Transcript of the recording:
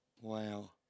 Wow